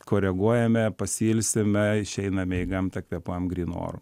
koreguojame pasiilsime išeiname į gamtą kvėpuojam grynu oru